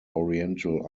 oriental